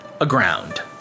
aground